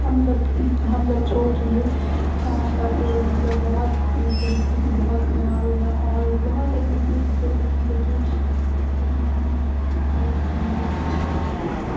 हम जब हम जब छोट रहिऐ तब मतलब बहुत परिस्थिति बहुत खराब रहै आओर बहुत एइसन चीज छै जेकि बहुत संघर्ष करैके बाद